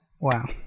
Wow